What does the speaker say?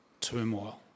turmoil